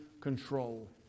control